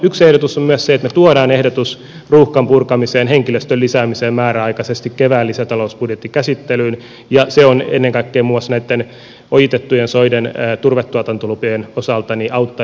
yksi ehdotus on myös se että me tuomme ehdotuksen kevään lisätalousbudjetin käsittelyyn ruuhkan purkamiseksi lisäämällä henkilöstöä määräaikaisesti ja ennen kaikkea se auttaisi muun muassa näitä ojitettujen soiden turvetuotantolupia